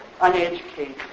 uneducated